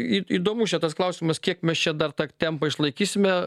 į įdomus čia tas klausimas kiek mes čia dar tą tempą išlaikysime